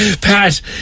Pat